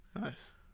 nice